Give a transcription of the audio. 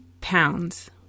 pounds